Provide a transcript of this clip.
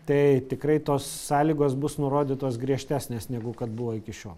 tai tikrai tos sąlygos bus nurodytos griežtesnės negu kad buvo iki šiol